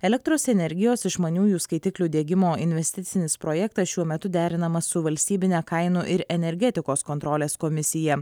elektros energijos išmaniųjų skaitiklių diegimo investicinis projektas šiuo metu derinamas su valstybine kainų ir energetikos kontrolės komisija